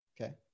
Okay